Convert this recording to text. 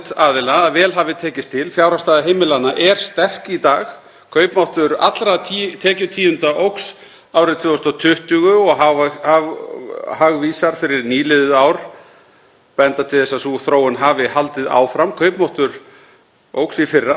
Hagvísar fyrir nýliðið ár benda til þess að sú þróun hafi haldið áfram. Kaupmáttur óx í fyrra. Á síðasta ári var kaupmáttur ráðstöfunartekna á mann orðinn þriðjungi hærri en fyrir áratug. Þá bendir lífskjararannsókn Hagstofunnar til þess að hlutfall heimila